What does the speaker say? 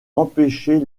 empêcher